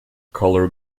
color